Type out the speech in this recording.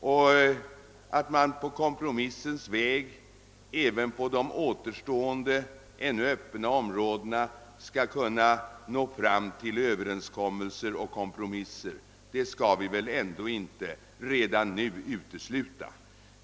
Och att man på kompromissens väg även på de återstående, ännu öppna områdena skall kunna nå fram till över enskommelser och kompromisser skall vi väl ändå inte redan nu utesluta.